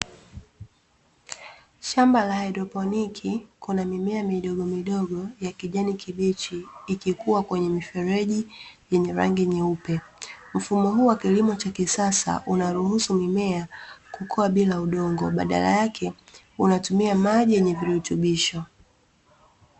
Shamba la haidroponiki, kuna mimea midogomidogo ya kijani kibichi ikikua kwenye mifereji yenye rangi nyeupe. Mfumo huu wa kilimo cha kisasa unaruhusu mimea kukua bila udongo, badala yake unatumia maji yenye virutubisho.